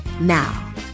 Now